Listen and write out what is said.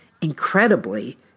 Incredibly